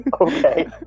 Okay